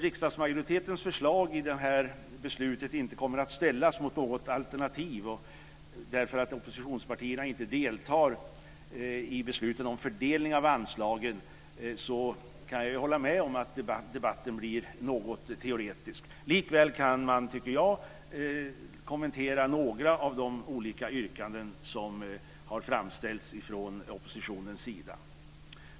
Riksdagsmajoritetens förslag till beslut kommer inte att ställas mot något alternativ, eftersom oppositionspartierna inte deltar i besluten om fördelning av anslagen, och jag kan därför hålla med om att debatten blir något teoretisk. Jag tycker likväl att man kan kommentera några av de olika yrkanden som har framställts från oppositionens sida.